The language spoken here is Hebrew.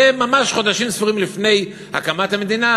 וממש חודשים ספורים לפני הקמת המדינה,